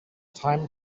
time